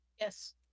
Yes